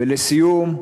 ולסיום,